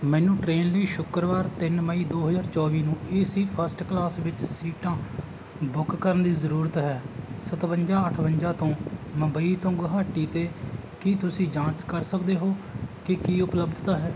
ਮੈਨੂੰ ਟ੍ਰੇਨ ਲਈ ਸ਼ੁੱਕਰਵਾਰ ਤਿੰਨ ਮਈ ਦੋ ਹਜ਼ਾਰ ਚੌਵੀ ਨੂੰ ਏਸੀ ਫਸਟ ਕਲਾਸ ਵਿੱਚ ਸੀਟਾਂ ਬੁੱਕ ਕਰਨ ਦੀ ਜ਼ਰੂਰਤ ਹੈ ਸਤਵੰਜਾ ਅਠਵੰਜਾ ਤੋਂ ਮੁੰਬਈ ਤੋਂ ਗੁਹਾਟੀ ਅਤੇ ਕੀ ਤੁਸੀਂ ਜਾਂਚ ਕਰ ਸਕਦੇ ਹੋ ਕਿ ਕੀ ਉਪਲੱਬਧਤਾ ਹੈ